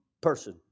person